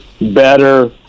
better